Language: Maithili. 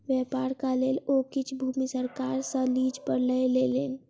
व्यापारक लेल ओ किछ भूमि सरकार सॅ लीज पर लय लेलैन